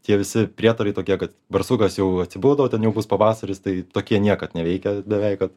tie visi prietarai tokie kad barsukas jau atsibudo ten jau bus pavasaris tai tokie niekad neveikia beveik kad